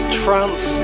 trance